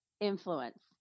influence